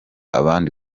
abandi